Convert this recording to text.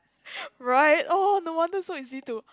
right oh no wonder so easy to